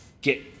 get